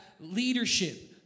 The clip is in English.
leadership